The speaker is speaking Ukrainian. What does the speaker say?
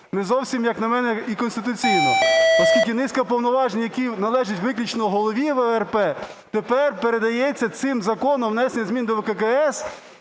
не зовсім, як на мене, і конституційно. Оскільки низка повноважень, які належать виключно голові ВРП, тепер передається цим законом, внесення змін до ВККС,